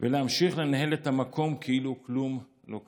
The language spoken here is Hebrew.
ולהמשיך לנהל את המקום כאילו כלום לא קרה.